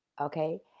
okay